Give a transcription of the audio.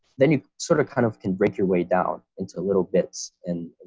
then you sort of kind of can break your way down into little bits and